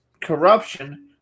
corruption